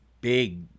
big